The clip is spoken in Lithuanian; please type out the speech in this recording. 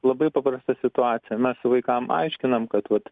labai paprasta situacija mes vaikam aiškinam kad vat